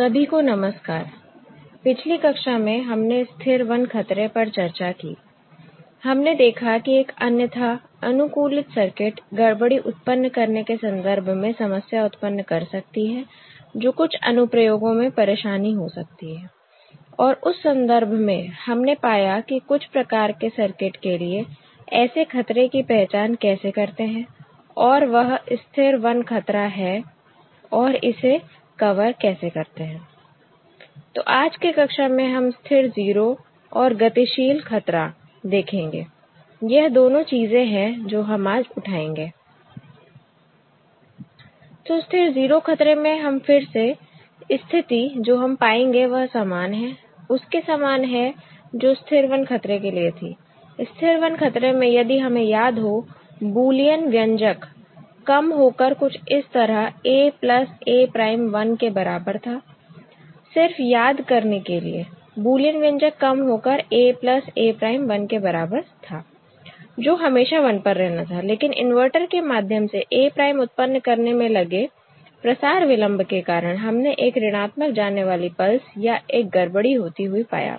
सभी को नमस्कार पिछली कक्षा में हमने स्थिर 1 खतरे पर चर्चा की हमने देखा कि एक अन्यथा अनुकूलित सर्किट गड़बड़ी उत्पन्न करने के संदर्भ में समस्या उत्पन्न कर सकती है जो कुछ अनुप्रयोगों में परेशानी हो सकती है और उस संदर्भ में हमने पाया कि कुछ प्रकार के सर्किट के लिए ऐसे खतरे की पहचान कैसे करते हैं और वह स्थिर 1 खतरा है और इसे कवर कैसे करते हैं तो आज की कक्षा में हम स्थिर 0 और गतिशील खतरा देखेंगे यह दोनों चीजें हैं जो हम आज उठाएंगे तो स्थिर 0 खतरे में हम फिर से स्थिति जो हम पाएंगे वह समान है उसके समान है जो स्थिर 1 खतरे के लिए थी स्थिर 1 खतरे में यदि हमें याद हो बुलियन व्यंजक कम होकर कुछ इस तरह A प्लस A prime 1 के बराबर था सिर्फ याद करने के लिए बुलियन व्यंजक कम हो कर A प्लस A prime 1 के बराबर था जो हमेशा 1 पर रहना था लेकिन इनवर्टर के माध्यम से A prime उत्पन्न करने में लगे प्रसार विलंब के कारण हमने एक ऋणात्मक जाने वाली पल्स या एक गड़बड़ी होती हुई पाया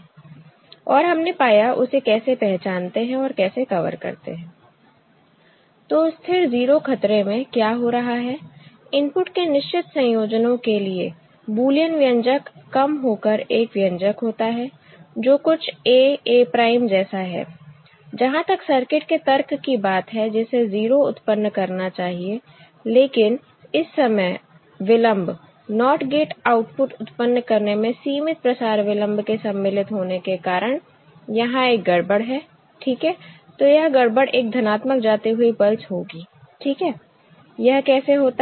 और हमने पाया उसे कैसे पहचानते हैं और कैसे कवर करते हैं तो स्थिर 0 खतरे में क्या हो रहा है इनपुट के निश्चित संयोजनों के लिए बुलियन व्यंजक कम होकर एक व्यंजक होता है जो कुछ A A prime जैसा है जहां तक सर्किट के तर्क की बात है जिसे 0 उत्पन्न करना चाहिए लेकिन इस समय विलंब NOT गेट आउटपुट उत्पन्न करने में सीमित प्रसार विलंब के सम्मिलित होने के कारण यहां एक गड़बड़ है ठीक है तो यह गड़बड़ एक धनात्मक जाती हुई पल्स होगी ठीक है यह कैसे होता है